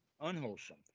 unwholesome